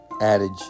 adage